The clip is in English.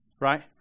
right